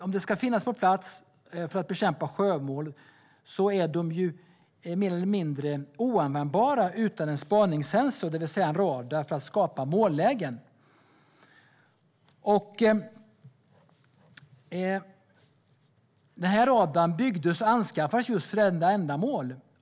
Om den ska finnas på plats för att bekämpa sjömål är den mer eller mindre oanvändbar utan en spaningssensor, det vill säga en radar, för att skapa mållägen. Radarn byggdes och anskaffades just för detta ändamål.